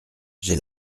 j’ai